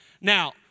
Now